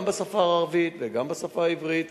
גם בשפה הערבית וגם בשפה העברית,